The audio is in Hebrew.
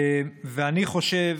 ואני חושב,